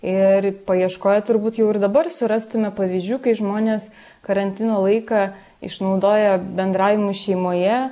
ir paieškoję turbūt jau ir dabar surastume pavyzdžių kai žmonės karantino laiką išnaudoja bendravimui šeimoje